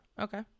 Okay